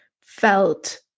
felt